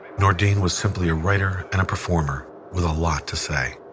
nordine was simply a writer and a performer with a lot to say.